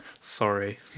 sorry